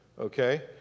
okay